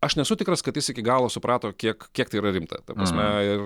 aš nesu tikras kad jis iki galo suprato kiek kiek tai yra rimta ta prasme ir